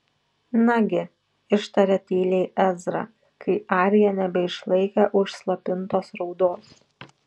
nagi ištarė tyliai ezra kai arija nebeišlaikė užslopintos raudos